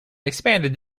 expanded